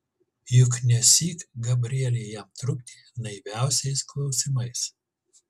juk nesyk gabrielė jam trukdė naiviausiais klausimais